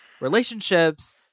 relationships